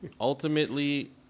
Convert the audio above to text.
Ultimately